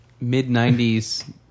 mid-90s